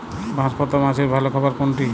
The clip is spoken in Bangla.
বাঁশপাতা মাছের ভালো খাবার কোনটি?